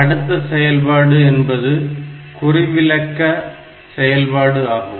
அடுத்த செயல்பாட்டு நிலை என்பது குறிவிலக்க செயல்பாடு ஆகும்